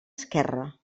esquerra